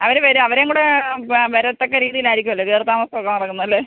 അവർ വരും അവരെയും കൂടെ വരത്തക്ക രീതീലായിരിക്കുവല്ലോ കയറി താമസമൊക്കെ നടക്കുന്നതല്ലേ